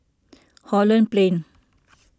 Holland Plain